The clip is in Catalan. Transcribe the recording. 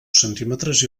centímetres